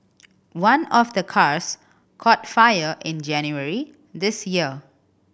one of the cars caught fire in January this year